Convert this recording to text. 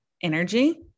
energy